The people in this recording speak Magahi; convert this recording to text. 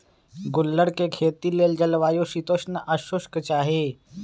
गुल्लर कें खेती लेल जलवायु शीतोष्ण आ शुष्क चाहि